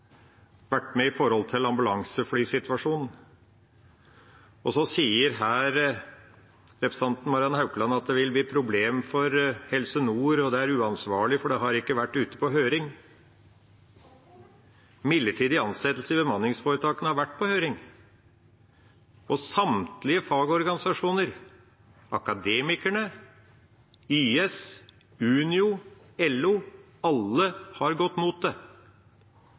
vært med når det gjelder ambulanseflysituasjonen. Så sier representanten Marianne Haukland her at det vil bli et problem for Helse Nord, at det er uansvarlig for det har ikke vært ute på høring. Saken om midlertidige ansettelser i bemanningsforetakene har vært på høring. Samtlige fagorganisasjoner – Akademikerne, YS, Unio, LO – har gått mot det.